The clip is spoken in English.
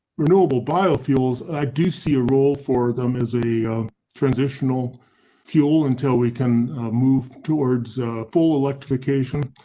renewable bio feels i do see a role for them as a transitional fuel until we can move towards full electrification.